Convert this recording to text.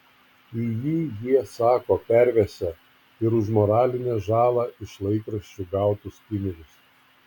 į jį jie sako pervesią ir už moralinę žalą iš laikraščių gautus pinigus